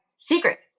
secret